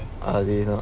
I give up